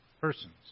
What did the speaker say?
persons